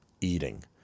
eating